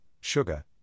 sugar